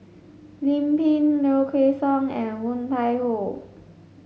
Lim Pin Low Kway Song and Woon Tai Ho